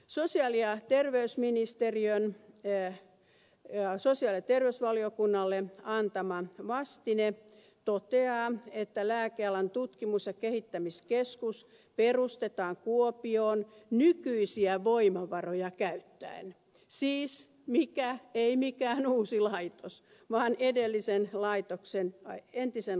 sosiaali ja terveysministeriön sosiaali ja terveysvaliokunnalle antama vastine toteaa että lääkealan tutkimus ja kehittämiskeskus perustetaan kuopioon nykyisiä voimavaroja käyttäen siis ei mikään uusi laitos vaan entisen laitoksen uudelleen sijoittaminen